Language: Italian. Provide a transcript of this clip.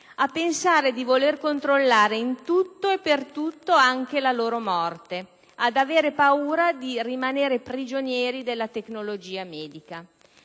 a pensare di voler controllare in tutto e per tutto anche la loro morte, ad avere paura di rimanere prigionieri della tecnologia medica.